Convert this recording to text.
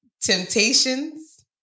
Temptations